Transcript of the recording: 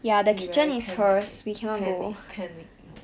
will be very panic panic panic loh